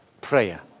prayer